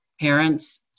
parents